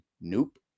nope